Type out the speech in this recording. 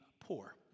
poor